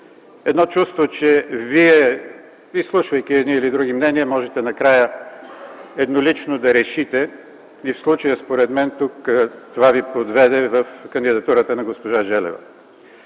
едно чувство, че Вие, изслушвайки едни или други мнения, можете накрая еднолично да решите. Според мен това Ви подведе в случая с кандидатурата на госпожа Желева.